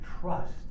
trust